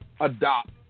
adopt